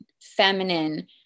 feminine